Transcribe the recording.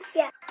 yeah